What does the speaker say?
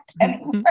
anymore